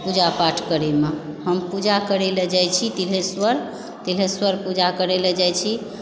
पूजा पाठ करयमे हम पूजा करै लए जाइ छी तिल्हेश्वर तिल्हेश्वर पूजा करै लए जाइ छी